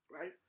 right